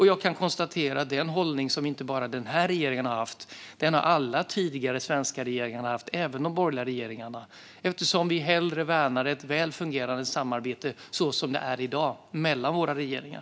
Jag kan konstatera att det är en hållning som inte bara den här regeringen har haft, utan den har alla tidigare svenska regeringar haft - även de borgerliga - eftersom vi hellre värnar ett väl fungerande samarbete så som det är i dag mellan våra regeringar.